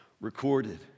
recorded